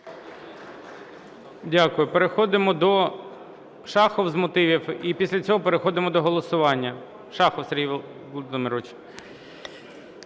Дякую. Переходимо до... Шахов – з мотивів, і після цього переходимо до голосування.